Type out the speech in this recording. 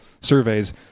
surveys